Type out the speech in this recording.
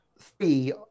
three